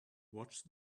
watch